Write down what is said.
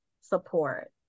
support